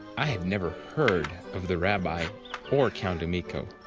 i had never heard of the rabbi or count emicho.